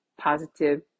positive